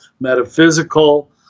metaphysical